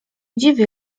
dziwią